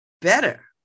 better